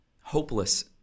hopeless